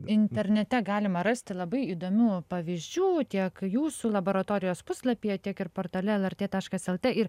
internete galima rasti labai įdomių pavyzdžių tiek jūsų laboratorijos puslapyje tiek ir portale lrt taškas lt ir